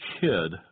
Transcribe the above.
kid